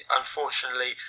unfortunately